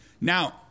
Now